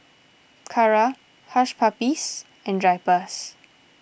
Kara Hush Puppies and Drypers